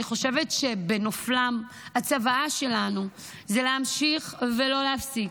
אני חושבת שבנופלם הצוואה שציוו לנו היא להמשיך ולא להפסיק,